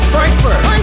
Frankfurt